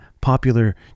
popular